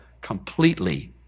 completely